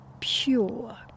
pure